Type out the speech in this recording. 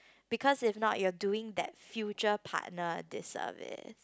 because if not you are doing that future partner a disservice